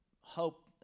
hope